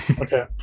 okay